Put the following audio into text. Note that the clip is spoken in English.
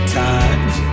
times